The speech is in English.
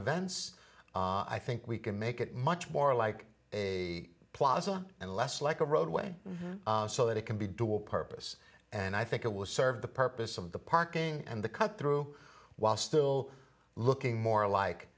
events i think we can make it much more like a plaza and less like a roadway so that it can be dual purpose and i think it will serve the purpose of the parking and the cut through while still looking more like